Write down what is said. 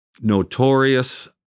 Notorious